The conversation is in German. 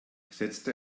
setzte